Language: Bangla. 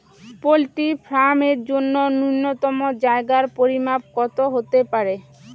পোল্ট্রি ফার্ম এর জন্য নূন্যতম জায়গার পরিমাপ কত হতে পারে?